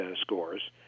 scores